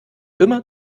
immer